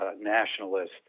nationalist